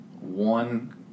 one